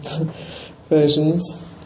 versions